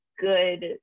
good